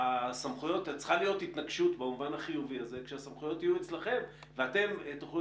צריכה להיות התנגשות במובן החיובי הזה כשהסמכויות יהיו אצלכם ואתם תוכלו